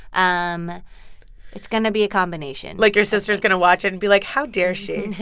um it's going to be a combination like, your sister is going to watch it and be like, how dare she?